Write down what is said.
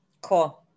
Cool